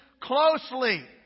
closely